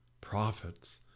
prophets